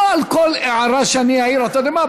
לא על כל הערה שאני אעיר, אתה יודע מה?